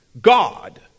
God